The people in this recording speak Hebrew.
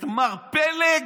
את מר פלג?